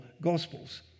gospels